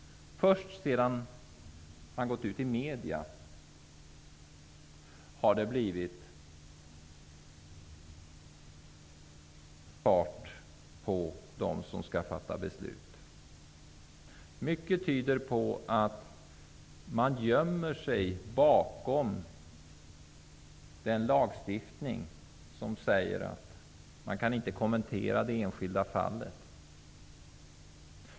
Först efter det att pojken har gått ut i medierna har det blivit fart på dem som skall fatta beslut. Mycket tyder på att man gömmer sig bakom den lagstiftning som säger att man inte kan kommentera det enskilda fallet.